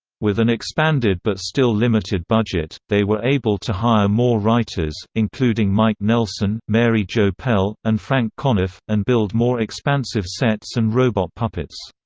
with an expanded but still limited budget, they were able to hire more writers, including mike nelson, mary jo pehl, and frank conniff, and build more expansive sets and robot puppets.